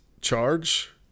charge